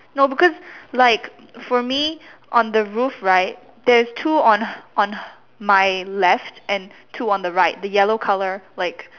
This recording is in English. no because like for me on the roof right there's two on on my left and two on the right the yellow colour like